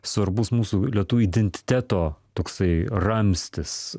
svarbus mūsų lietuvių identiteto toksai ramstis